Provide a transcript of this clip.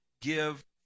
give